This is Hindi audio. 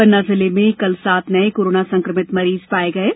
पन्ना जिले में कल सात नए कोरोन संक्रमित मरीज पाए गए हैं